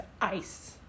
ice